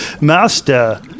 master